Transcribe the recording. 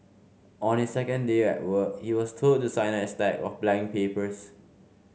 on his second day at work he was told to sign a stack of blank papers